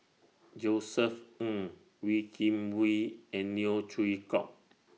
Josef Ng Wee Kim Wee and Neo Chwee Kok